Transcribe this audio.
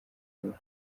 ubumwe